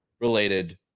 related